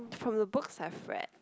from the books I've read